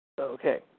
Okay